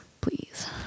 Please